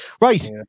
Right